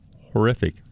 horrific